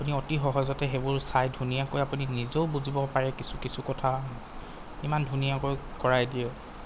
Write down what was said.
আপুনি অতি সহজতে সেইবোৰ চায় ধুনীয়াকৈ আপুনি নিজেও বুজিব পাৰে কিছু কিছু কথা ইমান ধুনীয়াকৈ কৰাই দিয়ে